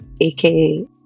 aka